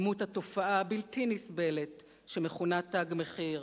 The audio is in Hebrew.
בדמות התופעה הבלתי-נסבלת שמכונה "תג מחיר".